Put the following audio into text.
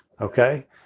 Okay